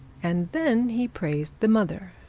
and then he praised the mother,